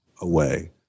away